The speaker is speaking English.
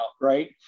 right